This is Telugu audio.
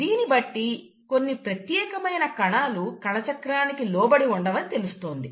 దీన్నిబట్టి కొన్ని ప్రత్యేకమైన కణాలు కణచక్రానికి లోబడి ఉండవని తెలుస్తున్నది